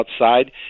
outside